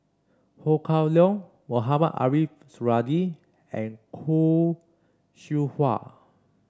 Ho Kah Leong Mohamed Ariff Suradi and Khoo Seow Hwa